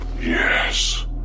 Yes